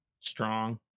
strong